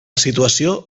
situació